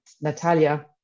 Natalia